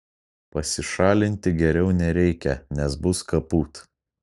pasišalinti geriau nereikia nes bus kaput